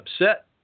upset